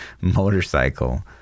motorcycle